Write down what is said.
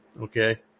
Okay